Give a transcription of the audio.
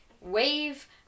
wave